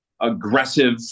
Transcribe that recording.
aggressive